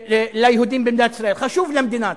ליהודים במדינת ישראל, חשוב למדינה.